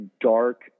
dark